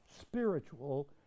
spiritual